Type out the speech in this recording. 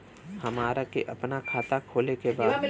हमरा के अपना खाता खोले के बा?